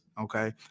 okay